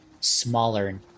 smaller